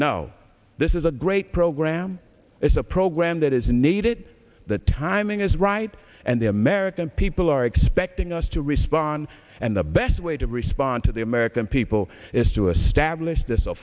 no this is a great program it's a program that is needed the timing is right and the american people are expecting us to respond and the best way to respond to the american people is to establish this